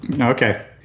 Okay